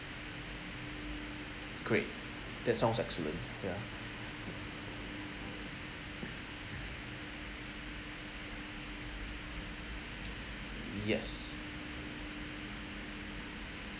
great that sounds excellent ya yes